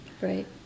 Right